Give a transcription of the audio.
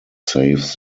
save